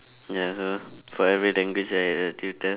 ya so for every language I had a tutor